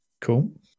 Cool